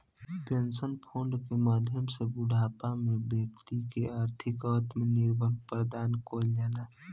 pension fund के माध्यम से बूढ़ापा में बैक्ति के आर्थिक आत्मनिर्भर प्रदान कईल जाला